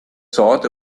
thought